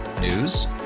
News